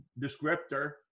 descriptor